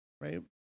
right